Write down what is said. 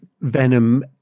Venom